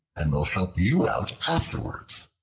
and will help you out afterwards.